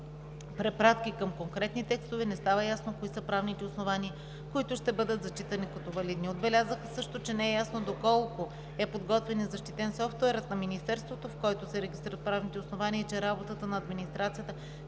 препратки към конкретни текстове, не става ясно кои са правните основания, които ще бъдат зачитани като валидни. Отбелязаха също, че не е ясно доколко е подготвен и защитен софтуерът на министерството, в който се регистрират правните основания, и че работата на администрацията